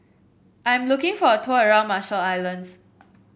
I am looking for a tour around Marshall Islands